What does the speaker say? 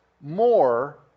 more